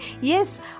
yes